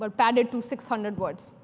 but padded to six hundred words.